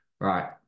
right